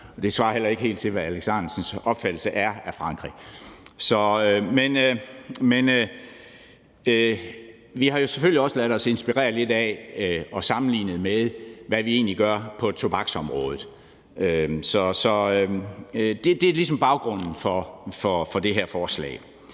det svarer heller ikke helt til, hvad Alex Ahrendtsens opfattelse er af Frankrig. Vi har jo selvfølgelig også ladet os inspirere lidt af og sammenlignet med, hvad vi egentlig gør på tobaksområdet. Så det er ligesom baggrunden for det her forslag.